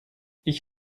ich